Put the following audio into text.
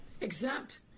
exempt